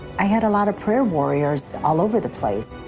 i had a lot of prayer warriors all over the place.